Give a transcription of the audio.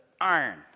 iron